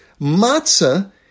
matzah